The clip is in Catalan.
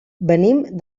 venim